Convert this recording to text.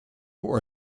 for